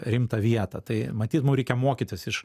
rimtą vietą tai matyt mum reikia mokytis iš